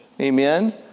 Amen